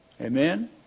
Amen